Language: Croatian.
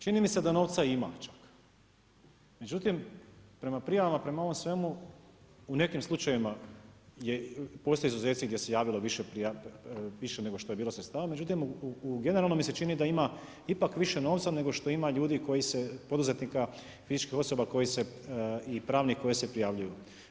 Čini mi se da novca ima, međutim prema prijavama prema ovom svemu u nekim slučajevima, postoje izuzeci gdje se javilo više, više nego što je bilo sredstava, međutim u generalno mi se čini da ima ipak više novca nego što ima ljudi koji se, poduzetnika, fizičkih osoba koji se i pravnih koje se prijavljuju.